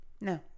No